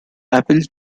appealed